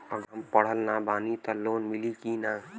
अगर हम पढ़ल ना बानी त लोन मिली कि ना?